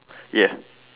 yeah